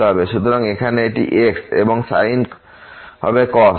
সুতরাং এখানে এটি x এবং সাইন হবে cos